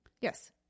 Yes